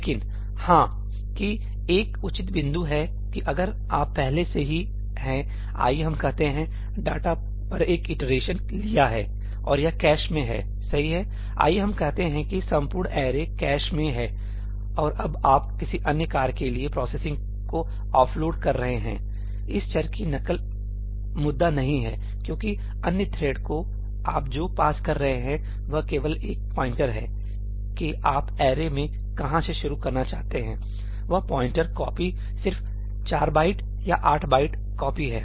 लेकिन हाँ कि कि एक उचित बिंदु है कि अगर आप पहले से ही हैआइए हम कहते हैं डेटा पर एक इटरेशन लिया और यह कैश में है सही है आइए हम कहते हैं कि संपूर्ण ऐरे कैश में हैऔर अब आप किसी अन्य कार्य के लिए प्रोसेसिंग को ऑफ लोड कर रहे हैंइस चर की नकल मुद्दा नहीं है क्योंकि अन्य थ्रेड को आप जो पास कर रहे हैं वह केवल एक प्वाइंटर है कि आप अरे में कहां से शुरू करना चाहते हैं वह पॉइंटर कॉपी सिर्फ 4 बाइट या 8 बाइट कॉपी है